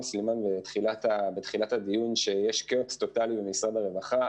סלימאן שיש כאוס טוטלי במשרד הרווחה.